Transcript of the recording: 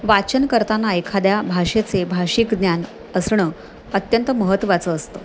वाचन करताना एखाद्या भाषेचे भाषिक ज्ञान असणं अत्यंत महत्त्वाचं असतं